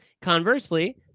Conversely